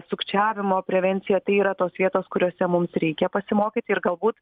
sukčiavimo prevencija tai yra tos vietos kuriose mums reikia pasimokyt ir galbūt